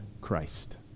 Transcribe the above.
Christ